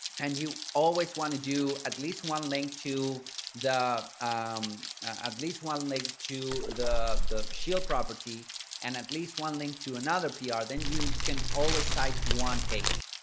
and you always want to do at least one link to the um at least one leg to the the shield property and at least one link to another pr ah then you can always cite one page.